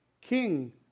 King